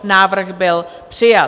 Návrh byl přijat.